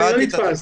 וקיבלתי את התיקון.